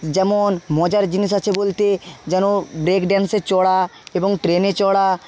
যেমন মজার জিনিস আছে বলতে যেন ব্রেক ড্যান্সে চড়া এবং ট্রেনে চড়া